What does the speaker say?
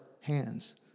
hands